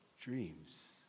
dreams